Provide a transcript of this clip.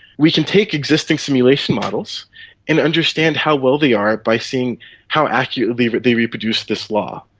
we can take existing simulation models and understand how well they are by seeing how accurately but they reproduce this law.